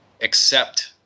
accept